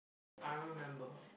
I remember her